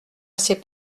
assez